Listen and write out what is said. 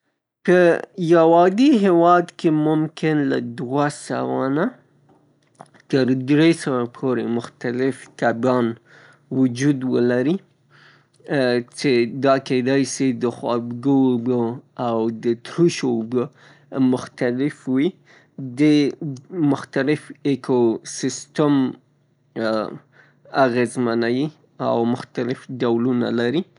په یوه عادي هیواد کې ممکن له دوه سوه نه تر دری سوه پورې مختلف کبان وجود ولري څې دا کیدای سي د خوږو اوبو او د تروشو اوبو مختلف وي. د مختلف اېکو سیستم ، اغیزمنیي او مختلف ډولونه لري.